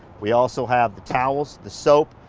we also have the towels, the soap,